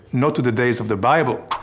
not to the days of the bible,